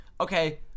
okay